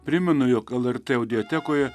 primenu jog lrt audiotekoje